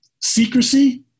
secrecy